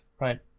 right